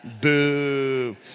Boo